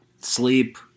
Sleep